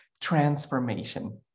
transformation